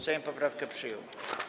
Sejm poprawkę przyjął.